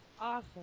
awesome